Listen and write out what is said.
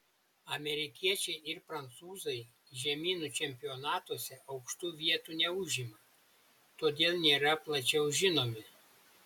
amerikiečiai ir prancūzai žemynų čempionatuose aukštų vietų neužima todėl nėra plačiau žinomi